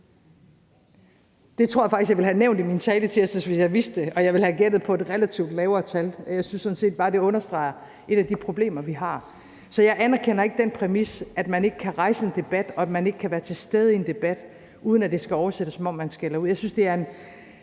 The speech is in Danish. Det tror jeg faktisk at jeg ville have nævnt i min tale i tirsdags, hvis jeg havde vidst det, og jeg ville have gættet på et relativt lavere tal. Jeg synes sådan set bare, at det understreger et af de problemer, vi har. Så jeg anerkender ikke den præmis, at man ikke kan rejse en debat, og at man ikke kan være til stede i en debat, uden at det skal oversættes til, at man skælder ud. Jeg synes faktisk,